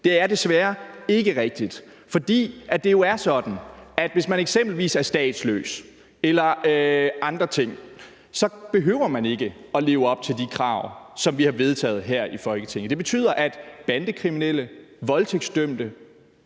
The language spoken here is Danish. er desværre ikke rigtigt, fordi det jo er sådan, at hvis man eksempelvis er statsløs eller andre ting, behøver man ikke at leve op til de krav, som vi har vedtaget her i Folketinget. Det betyder, at bandekriminelle, voldtægtsdømte,